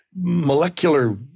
molecular